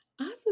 Awesome